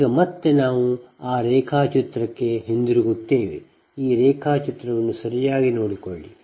ಈಗ ಮತ್ತೆ ನಾವು ಆ ರೇಖಾಚಿತ್ರಕ್ಕೆ ಹಿಂತಿರುಗುತ್ತೇವೆ ಈ ರೇಖಾಚಿತ್ರವನ್ನು ಸರಿಯಾಗಿ ಹಿಡಿದುಕೊಳ್ಳಿ